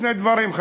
שני דברים,